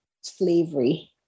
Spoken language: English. slavery